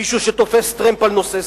מישהו שתופס טרמפ על נושא.